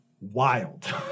wild